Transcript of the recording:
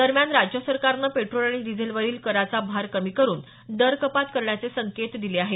दरम्यान राज्य सरकारनं पेट्रोल आणि डिझेलवरील कराचा भार कमी करुन दर कपात करण्याचे संकेत दिले आहेत